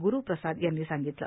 गुरूप्रसाद यांनी सांगितलं